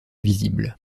visible